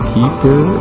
Keeper